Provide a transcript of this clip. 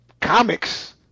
comics